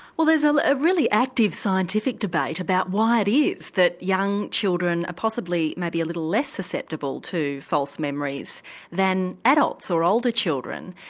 well there's a a really active scientific debate about why it is that young children are possibly maybe a little less susceptible to false memories than adults or older children.